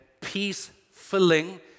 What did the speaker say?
peace-filling